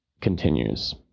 continues